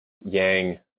Yang